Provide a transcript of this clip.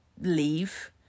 leave